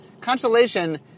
Constellation